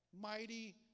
Mighty